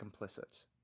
complicit